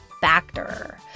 Factor